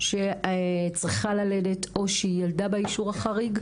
אישה שצריכה ללדת או שילדה באישור החריג?